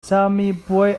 camipuai